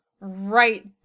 right